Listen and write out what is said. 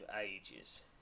Ages